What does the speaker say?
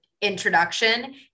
introduction